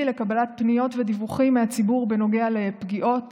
לקבלת פניות ודיווחים מהציבור בנוגע לפגיעות